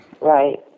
Right